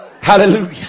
Hallelujah